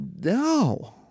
No